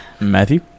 Matthew